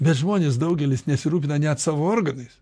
bet žmonės daugelis nesirūpina net savo organais